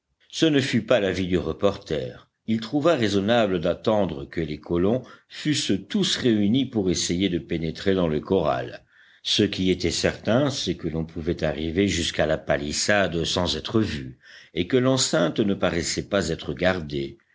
ce ne fut pas l'avis du reporter il trouva raisonnable d'attendre que les colons fussent tous réunis pour essayer de pénétrer dans le corral ce qui était certain c'est que l'on pouvait arriver jusqu'à la palissade sans être vu et que l'enceinte ne paraissait pas être gardée